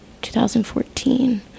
2014